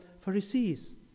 Pharisees